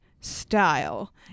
style